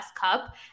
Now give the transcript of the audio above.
cup